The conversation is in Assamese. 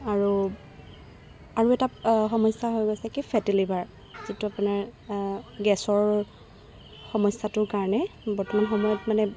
আৰু আৰু এটা সমস্যা হৈ গৈছে কি ফেটি লিভাৰ যিটো আপোনাৰ গেছৰ সমস্যাটোৰ কাৰণে বৰ্তমান সময়ত মানে